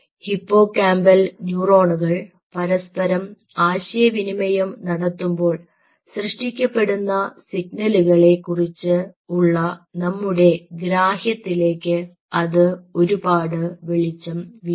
Hippo Campbell ന്യൂറോണുകൾ പരസ്പരം ആശയ വിനിമയം നടത്തുമ്പോൾ സൃഷ്ടിക്കപ്പെടുന്ന സിഗ്നലുകളെ കുറിച്ച് ഉള്ള നമ്മുടെ ഗ്രാഹ്യത്തിലേക്ക് അത് ഒരുപാട് വെളിച്ചം വീശും